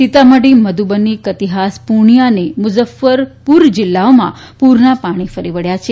સીતામઢી મધુબની કતિહાસ પૂર્ણિયા અને મુઝફ્ફરપુર જિલ્લાઓમાં પૂરનાં ાણી ફરી વળ્યાં છે